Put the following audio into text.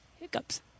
hiccups